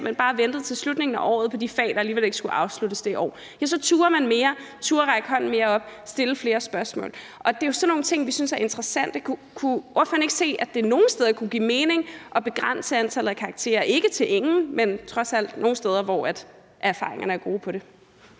man bare ventede til slutningen af året i de fag, der alligevel ikke skulle afsluttes det år. Så turde eleverne mere. De turde række hånden mere op og stille flere spørgsmål. Kan ordføreren ikke se, at det nogle steder kunne give mening at begrænse antallet af karakterer – ikke til ingen, men trods alt nogle steder, hvor erfaringerne med det